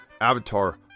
Avatar